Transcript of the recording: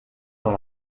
dans